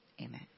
Amen